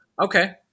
Okay